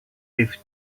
eighth